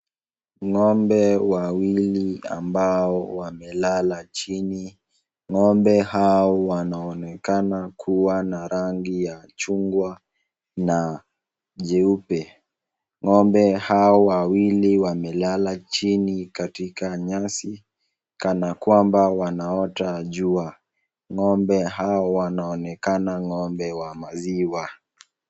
Ng'ombe wawili ambao wamelala chini. Ng'ombe hao wanaonekana kuwa na rangi ya chungwa na nyeupe. Ng'ombe hao wawili wamelala chini katika nyasi kana kwamba wanaota jua. Ng'ombe hao wanaonekana ng'ombe wa maziwa.